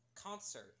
concert